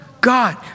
God